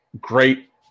great